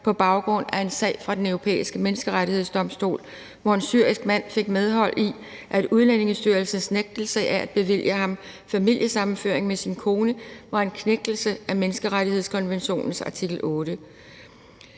på baggrund af en sag fra Den Europæiske Menneskerettighedsdomstol, hvor en syrisk mand fik medhold i, at Udlændingestyrelsens nægtelse af at bevilge ham familiesammenføring med sin kone var en knægtelse af menneskerettighedskonventionens artikel